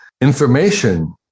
information